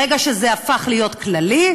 ברגע שזה הפך להיות כללי,